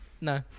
No